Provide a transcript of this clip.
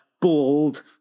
bald